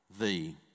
thee